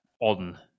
on